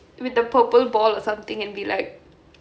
with the purple ball or something and be like